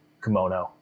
Kimono